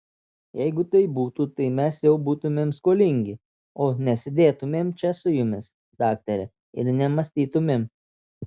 jeigu taip būtų tai mes jau būtumėm skolingi o nesėdėtumėm čia su jumis daktare ir nemąstytumėm